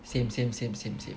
same same same same same